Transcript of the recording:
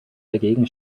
dagegen